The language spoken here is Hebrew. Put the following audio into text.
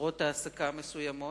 בצורות העסקות מסוימות,